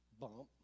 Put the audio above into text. bump